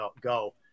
go